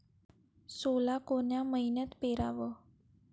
सोला कोन्या मइन्यात पेराव?